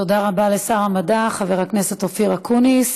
תודה רבה לשר המדע חבר הכנסת אופיר אקוניס.